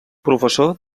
professor